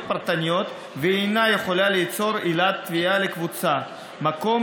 פרטניות והיא אינה יכולה לייצר עילת תביעה לקבוצה מקום